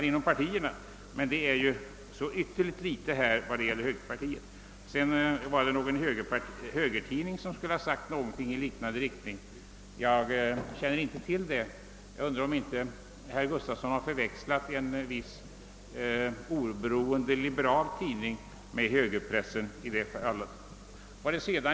På denna punkt är det dock ytterligt små avvikelser inom högerpartiet, då endast en person deklarerat annan uppfattning. Herr Gustafson menade även att en högertidning skulle ha gjort ett uttalande i ungefär samma riktning. Jag känner inte till detta. Jag undrar om inte herr Gustafson i stället tänker på en viss annan tidning, som betecknar sig som oberoende liberal.